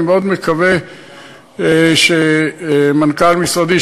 אני מאוד מקווה שמנכ"ל משרדי,